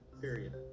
Period